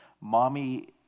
Mommy